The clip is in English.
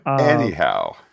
anyhow